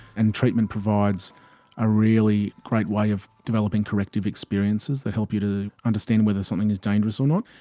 and treatment provides a really great way of developing corrective experiences that help you to understand whether something is dangerous or not,